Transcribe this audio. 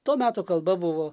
to meto kalba buvo